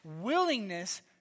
willingness